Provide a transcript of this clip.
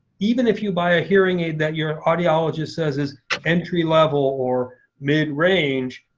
even if you buy a hearing aid that your audiologist says is entry level or mid-range,